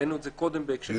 העלינו את זה קודם בהקשר אחר.